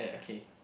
okay